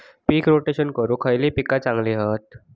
पीक rotation करूक खयली पीका चांगली हत?